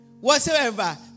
whatsoever